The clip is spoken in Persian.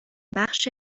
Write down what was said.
بخش